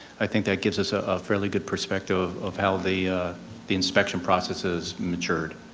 i think that gives us a ah fairly good perspective of how the the inspection process has matured.